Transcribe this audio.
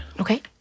Okay